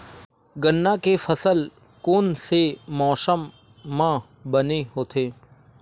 गन्ना के फसल कोन से मौसम म बने होथे?